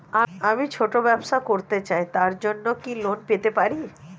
আমি ছোট ব্যবসা করতে চাই তার জন্য কি লোন পেতে পারি?